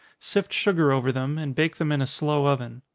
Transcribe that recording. sift sugar over them, and bake them in a slow oven.